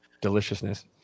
deliciousness